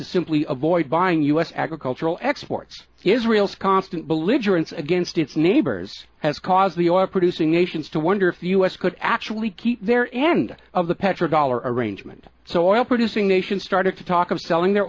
to simply avoid buying u s agricultural exports israel's constant belligerence against its neighbors has caused the oil producing nations to wonder if the us could actually keep their end of the petro dollar arrangement so i am producing nations started to talk of selling their